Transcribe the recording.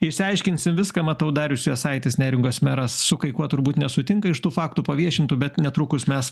išsiaiškinsim viską matau darius jasaitis neringos meras su kai kuo turbūt nesutinka iš tų faktų paviešintų bet netrukus mes